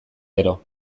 gero